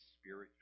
spiritual